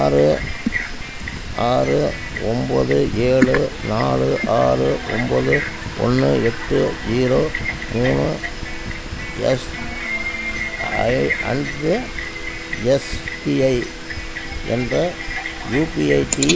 ஆறு ஆறு ஒம்பது ஏழு நாலு ஆறு ஒம்பது ஒன்று எட்டு ஜீரோ மூணு எஸ்ஐ அண்டு எஸ்டிஐ என்ற யூபி ஐடி